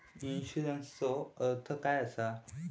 इन्शुरन्सचो अर्थ काय असा?